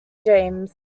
james